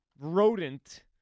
rodent